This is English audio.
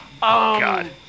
God